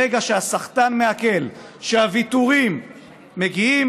ברגע שהסחטן מעכל שהוויתורים מגיעים,